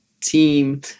team